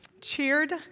cheered